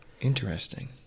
Interesting